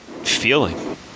Feeling